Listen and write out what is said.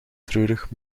treurig